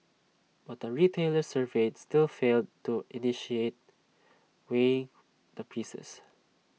but the retailers surveyed still failed to initiate weighing the pieces